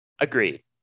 Agreed